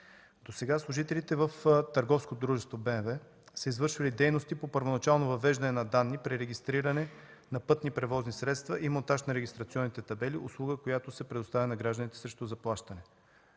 търговско дружество БМВ са извършвали дейности по първоначално въвеждане на данни при регистриране на пътни превозни средства и монтаж на регистрационните табели – услуга, което се предоставя на гражданите срещу заплащане.